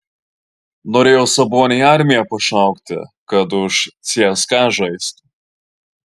norėjo sabonį į armiją pašaukti kad už cska žaistų